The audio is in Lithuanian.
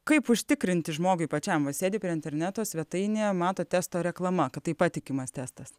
kaip užtikrinti žmogui pačiam vat sėdi prie interneto svetainė mato testo reklama kad tai patikimas testas